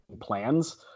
plans